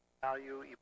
value